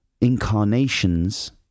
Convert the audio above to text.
incarnations